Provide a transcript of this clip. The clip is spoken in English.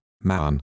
man